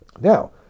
Now